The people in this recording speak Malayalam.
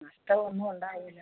നഷ്ടവൊന്നും ഉണ്ടാവൂല